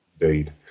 indeed